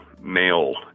male